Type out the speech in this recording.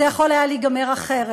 זה יכול היה להיגמר אחרת.